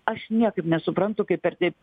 aš niekaip nesuprantu kaip ir taip